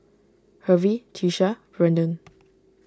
Hervey Tiesha Brendan